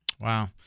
Wow